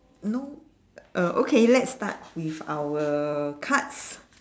no uh okay let's start with our cards